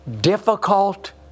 difficult